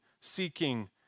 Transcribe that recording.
seeking